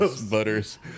Butters